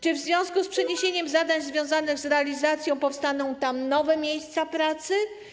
Czy w związku z przeniesieniem zadań związanych z jego realizacją powstaną tam nowe miejsca pracy?